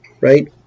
Right